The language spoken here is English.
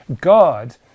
God